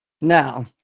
Now